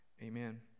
Amen